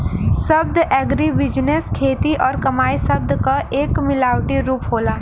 शब्द एग्रीबिजनेस खेती और कमाई शब्द क एक मिलावटी रूप होला